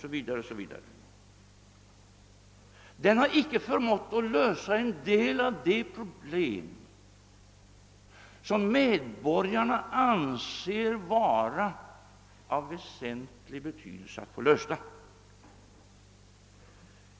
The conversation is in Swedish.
S. V., icke har förmått att lösa en del av de problem som medborgarna anser vara av väsentlig betydelse att få lösta.